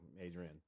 Adrian